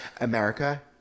America